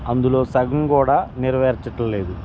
అందులో సగం కూడా నెరవేర్చట్లేదు